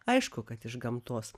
aišku kad iš gamtos